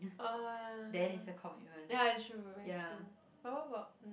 then is a commitment ya